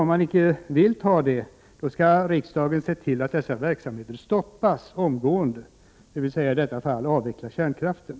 Om man inte vill ta detta ansvar skall riksdagen se till att dessa verksamheter omgående stoppas, dvs. i detta fall avveckla kärnkraften.